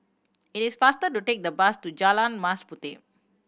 it is faster to take the bus to Jalan Mas Puteh